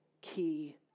key